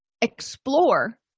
explore